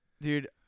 Dude